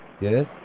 yes